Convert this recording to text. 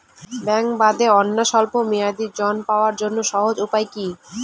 ব্যাঙ্কে বাদে অন্যত্র স্বল্প মেয়াদি ঋণ পাওয়ার জন্য সহজ উপায় কি?